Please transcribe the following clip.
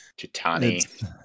titani